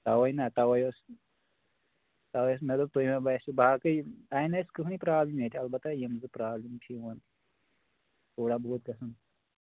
تَوَے نہ تَوَے اوس تَوے ٲس مےٚ دوٚپ تُہۍ مےٚ باسو باقٕے آیہِ نہٕ اَسہِ کٕہٕنۍ پرٛابلِم ییٚتہِ اَلبتہ یِم زٕ پرٛابلِم چھِ یِوَان تھوڑا بہت گژھان